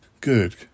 Good